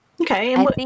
Okay